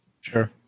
Sure